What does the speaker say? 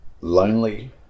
lonely